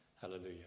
Hallelujah